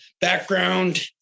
background